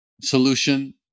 solution